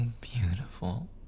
beautiful